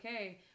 okay